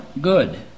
good